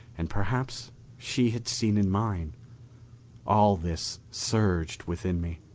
and perhaps she had seen in mine all this surged within me.